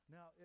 Now